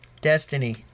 Destiny